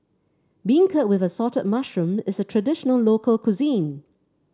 beancurd with assorted mushroom is a traditional local cuisine